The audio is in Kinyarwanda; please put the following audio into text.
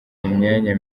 imyanya